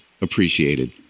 appreciated